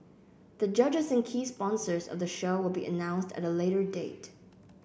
the judges and key sponsors of the show will be announced at a later date